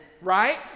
Right